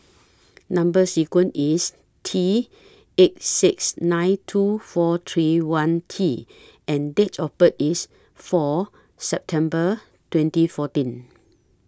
Number sequence IS T eight six nine two four three one T and Date of birth IS four September twenty fourteen